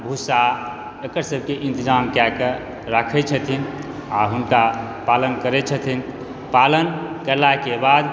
भूस्सा एकर सबके इन्तजाम कए कऽ राखै छथिन आओर हुनका पालन करै छथिन पालन कयलाके बाद